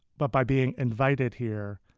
but, by being invited here,